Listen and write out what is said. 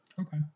Okay